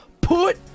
Put